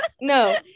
No